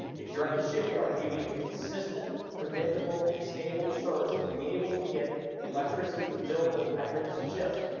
if you're at the shipyard you need a consistent, predictable and stable surge to be able to get the electricity to build those magnificent ships.